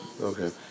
Okay